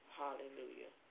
hallelujah